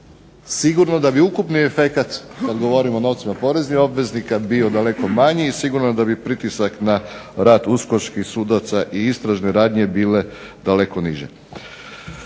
sigurno da bi ukupni efekat kad govorimo o novcima poreznih obveznika bio daleko manji i sigurno da bi pritisak na rad uskočkih sudaca i istražne radnje bile daleko niže.